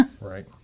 Right